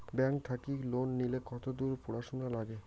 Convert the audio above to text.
Bank থাকি loan নিলে কতদূর পড়াশুনা নাগে?